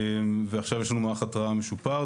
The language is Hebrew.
ועכשיו יש לנו מערך התרעה משופר.